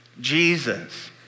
Jesus